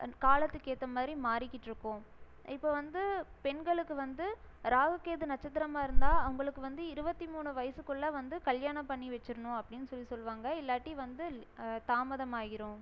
காலத்துக்கு ஏற்ற மாதிரி மாறிக்கிட்ருக்கும் இப்போ வந்து பெண்களுக்கு வந்து ராகு கேது நட்சத்திரமாக இருந்தா அவங்களுக்கு வந்து இருபத்தி மூணு வயிசுக்குள்ளே வந்து கல்யாணம் பண்ணி வச்சிர்ணும் அப்படின் சொல்லி சொல்வாங்க இல்லாட்டி வந்து தாமதம் ஆகிரும்